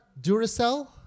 Duracell